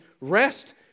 rest